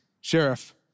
Sheriff